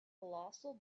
colossal